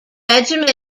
regiment